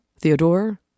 Theodore